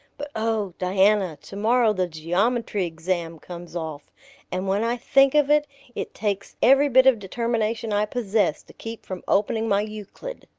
but oh, diana, tomorrow the geometry exam comes off and when i think of it it takes every bit of determination i possess to keep from opening my euclid.